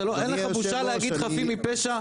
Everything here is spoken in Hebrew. אין לך בושה להגיד חפים מפשע?